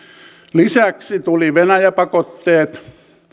lisäksi tulivat venäjä pakotteet